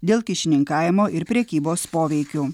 dėl kyšininkavimo ir prekybos poveikiu